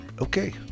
okay